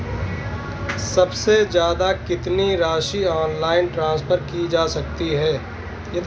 सबसे ज़्यादा कितनी राशि ऑनलाइन ट्रांसफर की जा सकती है?